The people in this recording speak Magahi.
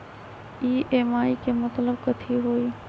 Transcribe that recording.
ई.एम.आई के मतलब कथी होई?